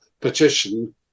petition